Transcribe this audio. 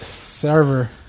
server